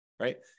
right